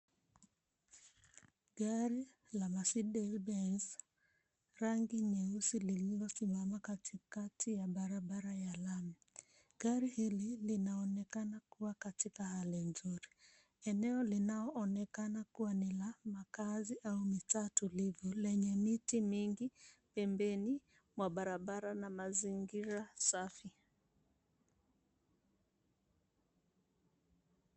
Girl la Mercedes Benz rangi nyeusi lilosimama katikati ya barabara ya lami, Gari hili linaonekana kuwa katika hali nzuri, eneo linaloonekana kuwa ni la makazi au mitaa tulivu lenye miti mingi pembeni mwa barabara na mazingira safi.